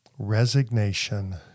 resignation